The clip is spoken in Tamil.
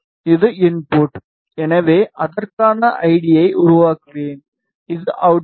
இது இன்புட் எனவே அதற்கான ஐடியை உருவாக்குவேன் இது அவுட்புட்